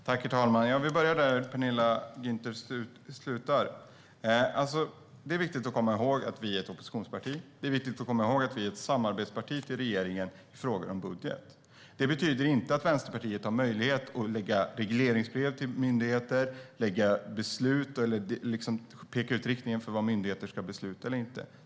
Herr talman! Jag vill börja där Penilla Gunther slutar. Det är viktigt att komma ihåg att vi är ett oppositionsparti. Det är viktigt att komma ihåg att vi är ett samarbetsparti till regeringen i frågor om budget. Det betyder inte att Vänsterpartiet har möjlighet att lägga regleringsbrev till myndigheter eller peka ut riktningen för vad myndigheter ska besluta eller inte.